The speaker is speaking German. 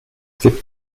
gibt